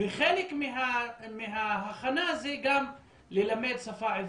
וזה חלק מההכנה זה גם ללמד את השפה העברית,